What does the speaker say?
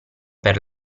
per